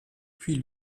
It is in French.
puis